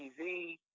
TV